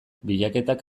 bilaketak